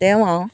তেওঁ আৰু